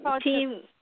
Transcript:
team